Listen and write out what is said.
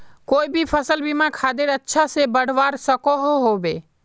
कोई भी सफल बिना खादेर अच्छा से बढ़वार सकोहो होबे?